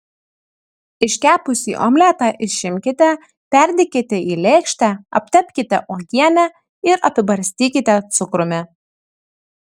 iškepusį omletą išimkite perdėkite į lėkštę aptepkite uogiene ir apibarstykite cukrumi